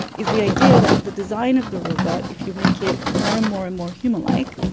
is the idea that the design of the robot, if you make it more and more and more human-like,